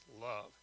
love